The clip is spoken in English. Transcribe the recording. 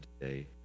today